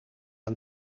aan